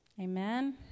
Amen